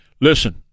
listen